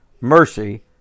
mercy